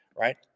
right